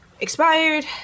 expired